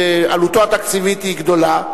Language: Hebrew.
שעלותו התקציבית היא גדולה,